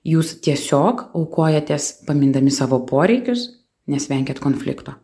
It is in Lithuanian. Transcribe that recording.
jūs tiesiog aukojatės pamindami savo poreikius nes vengiat konflikto